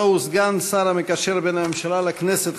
הלוא הוא סגן השר המקשר בין הממשלה לכנסת,